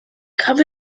come